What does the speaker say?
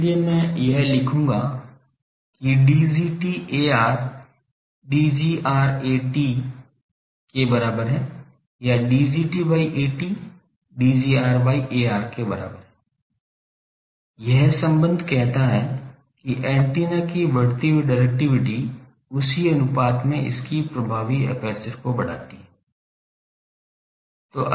इसलिए मैं यह लिखूंगा कि Dgt Ar Dgr At के बराबर है या Dgt by At Dgr by Ar के बराबर है यह संबंध कहता है कि एंटीना की बढ़ती हुई डिरेक्टिविटी उसी अनुपात में इसकी प्रभावी एपर्चर को बढ़ाती है